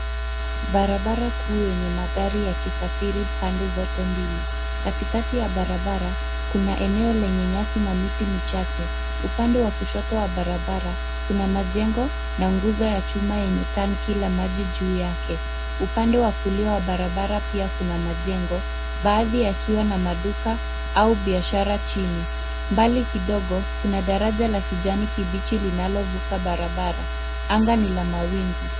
Barabara kuu yenye magari yakisafiri pande zote mbili. Katikati ya barabara, kuna eneo lenye nyasi na miti michache. Upande wa kushoto wa barabara kuna majengo na nguzo ya chuma yenye tanki la maji juu yake . Upande wa kulia wa barabara pia kuna majengo baadhi yakiwa na maduka au biashara chini. Mbali kidogo kuna daraja la kijani kibichi linalovuka barabra . Anga ni la mawingu.